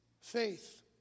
faith